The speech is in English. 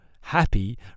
happy